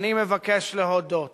אני מבקש להודות